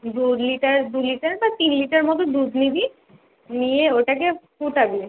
দু লিটার দু লিটার বা তিন লিটার মতো দুধ নিবি নিয়ে ওটাকে ফুটাবি